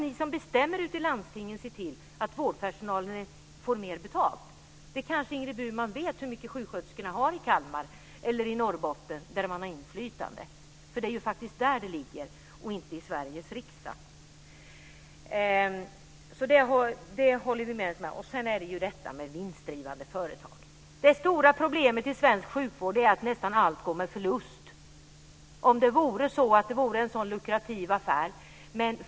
Ni som bestämmer ute i landstingen måste se till att vårdpersonalen får mer betalt. Ingrid Burman kanske vet hur mycket lön sjuksköterskorna har i Kalmar eller i Norrbotten där de har inflytande. Det är där frågan ligger och inte i Sveriges riksdag. Där håller vi med. Sedan till detta med vinstdrivande företag. Det stora problemet i svensk sjukvård är att nästan allt går med förlust. Det är inte en så lukrativ affär.